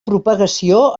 propagació